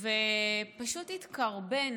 ופשוט התקרבן